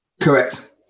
Correct